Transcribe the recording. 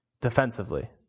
defensively